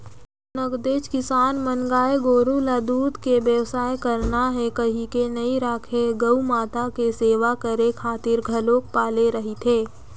नगदेच किसान मन गाय गोरु ल दूद के बेवसाय करना हे कहिके नइ राखे गउ माता के सेवा करे खातिर घलोक पाले रहिथे